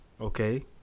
okay